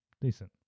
Decent